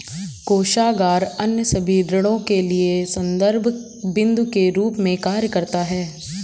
कोषागार अन्य सभी ऋणों के लिए संदर्भ बिन्दु के रूप में कार्य करता है